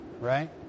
right